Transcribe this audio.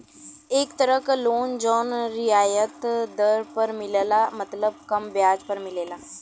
एक तरह क लोन जौन रियायत दर पर मिलला मतलब कम ब्याज पर मिलला